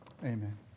Amen